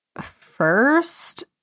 first